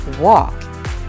Walk